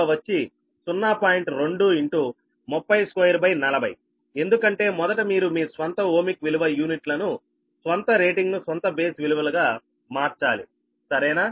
2 240ఎందుకంటే మొదట మీరు మీ స్వంత ఓమిక్ విలువ యూనిట్లను స్వంత రేటింగ్ను సొంత బేస్ విలువలుగా మార్చాలి సరేనా